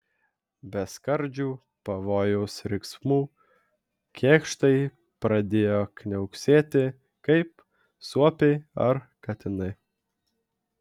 be skardžių pavojaus riksmų kėkštai pradėjo kniauksėti kaip suopiai ar katinai